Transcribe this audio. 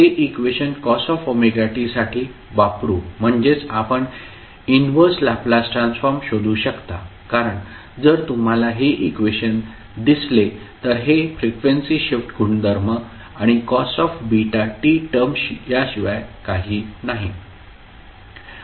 ते equation cos wt साठी वापरू म्हणजेच आपण इनव्हर्स लॅपलास ट्रान्सफॉर्म शोधू शकता कारण जर तुम्हाला हे इक्वेशन दिसले तर हे फ्रिक्वेन्सी शिफ्ट गुणधर्म आणि cos βt टर्म याशिवाय काही नाही